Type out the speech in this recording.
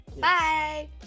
Bye